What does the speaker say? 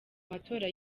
matora